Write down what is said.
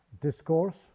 discourse